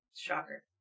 Shocker